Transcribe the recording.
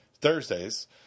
Thursdays